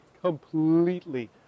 completely